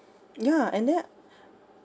ya and then